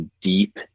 deep